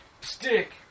Stick